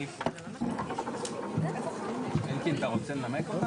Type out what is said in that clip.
שביקשו לא לנמק?